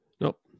Nope